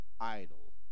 idle